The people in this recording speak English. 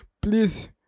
Please